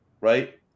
right